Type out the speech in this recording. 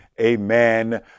amen